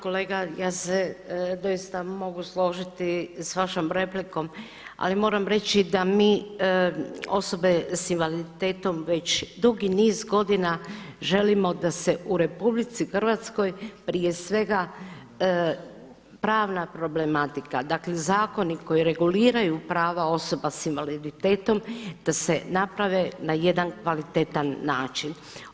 Kolega ja se doista mogu složiti s vašom replikom ali moram reći da mi, osobe sa invaliditetom, već dugi niz godina želimo da se u RH prije svega pravna problematika, dakle zakoni koji reguliraju prava osoba sa invaliditetom, da se naprave na jedan kvalitetan način.